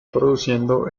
produciendo